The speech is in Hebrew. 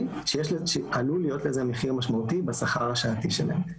כשעלול להיות לזה מחיר משמעותי בשכר השעתי שלהן.